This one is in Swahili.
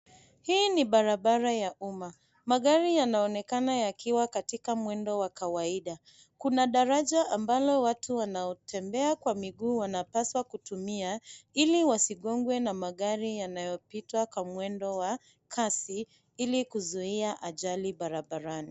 Hii ni barabara ya umma. Magari yanaonekana yakiwa katika mwendo wa kawaida. Kuna daraja ambalo watu wanaotembea kwa miguu wanapaswa kutumia ili wasigongwe na magari yanayopita kwa mwendo wa kasi ili kuzuia ajali barabarani.